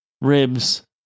ribs